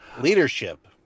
Leadership